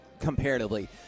comparatively